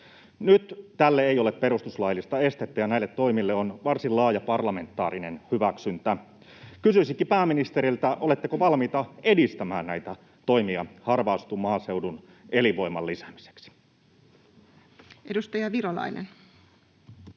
Nyt tälle ei ole perustuslaillista estettä, ja näille toimille on varsin laaja parlamentaarinen hyväksyntä. Kysyisinkin pääministeriltä: oletteko valmiita edistämään näitä toimia harvaan asutun maaseudun elinvoiman lisäämiseksi? Edustaja Virolainen.